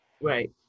right